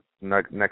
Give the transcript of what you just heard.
next